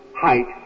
height